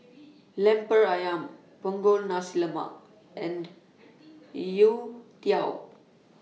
Lemper Ayam Punggol Nasi Lemak and Youtiao